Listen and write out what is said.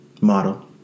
model